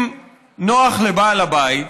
אם נוח לבעל הבית,